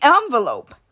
envelope